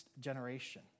generation